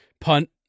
Punt